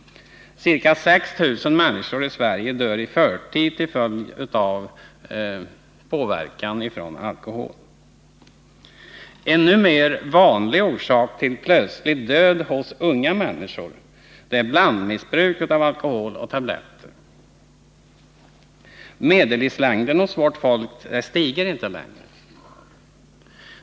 Ca 6 000 människor i Sverige dör i förtid som följd av alkoholpåverkan. En numer vanlig orsak till plötslig död hos unga människor är blandmissbruk av alkohol och tabletter. Medellivslängden hos vårt folk stiger inte längre.